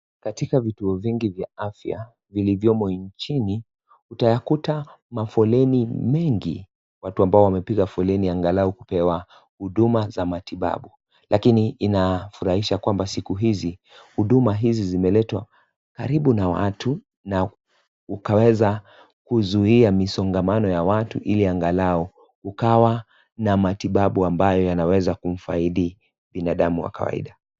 Katika vituo vingi vya afya vilivyomo nchini utayakuta mafoleni mengi. Watu ambao wamepiga foleni angalau kupewa huduma za matibabu lakini inafurahisha kwamba siku hizi huduma hizi zimeletwa karibu na watu na ukaweza kuzuia misongamano ya watu ili angalau ukawa na matibabu ambayo yanaweza kumfaidi binadamu wa kawaida.